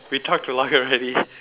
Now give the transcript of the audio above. we talked a lot already